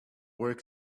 work